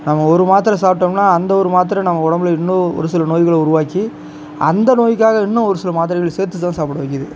நம்ம ஒரு மாத்திரை சாப்பிடோம்ன்னா அந்த ஒரு மாத்திரை நம்ம உடம்பில் இன்னும் ஒரு சில நோய்களை உருவாக்கி அந்த நோயுக்காக இன்னும் ஒரு சில மாத்திரைகளை சேர்த்துதான் சாப்பிட வைக்குது